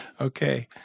Okay